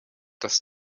das